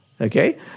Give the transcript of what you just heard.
Okay